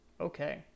okay